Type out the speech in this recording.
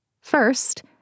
First